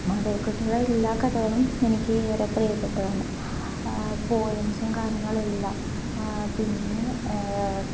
മാധവിക്കുട്ടിയുടെ എല്ലാ കഥകളും എനിക്ക് ഏറെ പ്രിയപ്പെട്ടതാണ് പോയംസും കാര്യങ്ങളുമെല്ലാം പിന്നെ